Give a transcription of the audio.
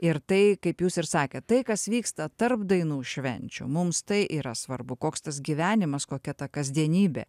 ir tai kaip jūs ir sakėt tai kas vyksta tarp dainų švenčių mums tai yra svarbu koks tas gyvenimas kokia ta kasdienybė